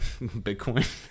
bitcoin